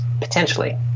potentially